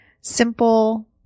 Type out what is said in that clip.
simple